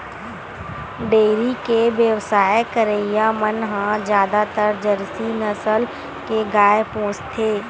dairy के बेवसाय करइया मन ह जादातर जरसी नसल के गाय पोसथे